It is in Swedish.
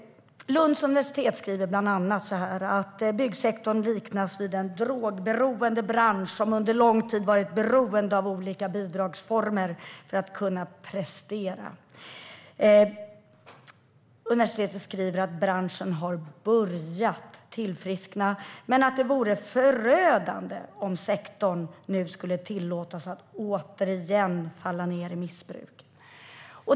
Lunds universitet liknar byggsektorn vid en drogberoende bransch som under lång tid varit beroende av olika bidragsformer för att kunna prestera. Universitetet skriver att branschen har börjat tillfriskna men att det vore förödande om sektorn nu skulle tillåtas att återigen falla ned i missbruk.